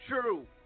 true